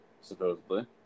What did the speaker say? Supposedly